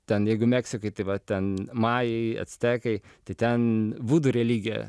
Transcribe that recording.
ten jeigu meksikai tai va ten majai actekai tai ten vudu religija